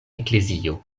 eklezio